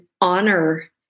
honor